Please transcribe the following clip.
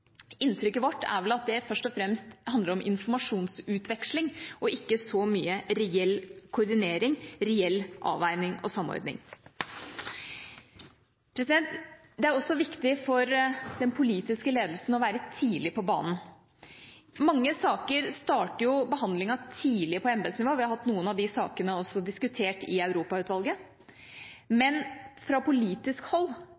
Inntrykket vårt er vel at det først og fremst handler om informasjonsutveksling og ikke så mye om reell koordinering, reell avveining og samordning. Det er også viktig for den politiske ledelsen å være tidlig på banen. Mange saker starter jo behandlingen tidlig på embetsnivå. Vi har hatt noen av de sakene diskutert i Europautvalget, men fra politisk hold